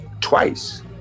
twice